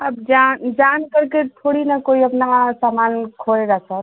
अब जान जानकर के थोड़ी ना कोई अपना सामान खोएगा सर